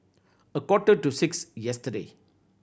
a quarter to six yesterday